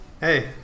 Hey